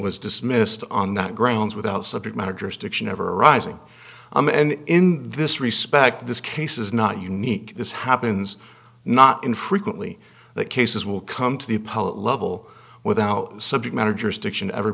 was dismissed on that grounds without subject matter jurisdiction ever rising and in this respect this case is not unique this happens not infrequently that cases will come to the public level without subject matter jurisdiction ever